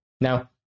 Now